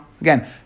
Again